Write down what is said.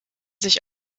sich